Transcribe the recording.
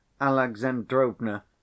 Alexandrovna